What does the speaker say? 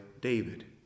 David